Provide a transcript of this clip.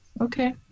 okay